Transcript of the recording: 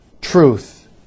truth